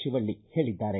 ಶಿವಳ್ಳಿ ಹೇಳಿದ್ದಾರೆ